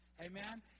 Amen